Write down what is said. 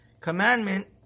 commandment